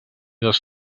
dos